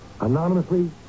Anonymously